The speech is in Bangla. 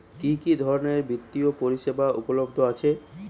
কি কি ধরনের বৃত্তিয় পরিসেবা উপলব্ধ আছে?